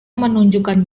menunjukkan